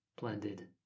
blended